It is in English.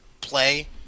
play